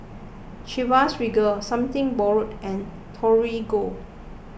Chivas Regal Something Borrowed and Torigo